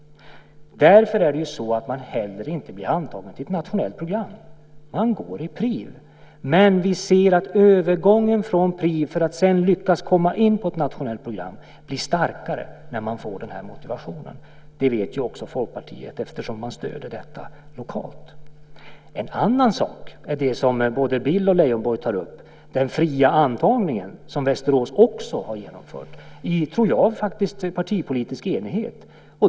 Därför blir man inte heller antagen till ett nationellt program; man går i PRIV. Men vi ser att övergången från PRIV blir starkare när man får motivation att lyckas komma in på ett nationellt program. Det vet också Folkpartiet eftersom man stöder det lokalt. En annan sak är det som både Bill och Leijonborg tar upp, den fria antagningen som Västerås också har genomfört i, tror jag, partipolitisk enighet.